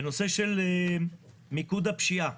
בנושא של מיקוד הפשיעה,